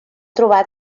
trobar